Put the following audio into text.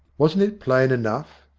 wasn't it plain enough?